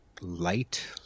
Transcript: light